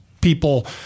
people